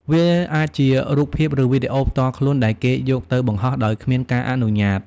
វាអាចជារូបភាព ឬវីដេអូផ្ទាល់ខ្លួនដែលគេយកទៅបង្ហោះដោយគ្មានការអនុញ្ញាត។